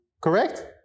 Correct